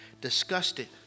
disgusted